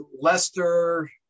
Lester